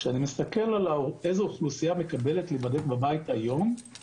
כשאני מסתכל על האוכלוסייה שמקבלת ערכות להיבדק בבית היום,